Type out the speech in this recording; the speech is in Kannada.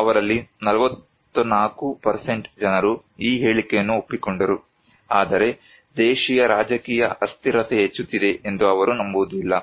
ಅವರಲ್ಲಿ 44 ಜನರು ಈ ಹೇಳಿಕೆಯನ್ನು ಒಪ್ಪಿಕೊಂಡರು ಆದರೆ ದೇಶೀಯ ರಾಜಕೀಯ ಅಸ್ಥಿರತೆ ಹೆಚ್ಚುತ್ತಿದೆ ಎಂದು ಅವರು ನಂಬುವುದಿಲ್ಲ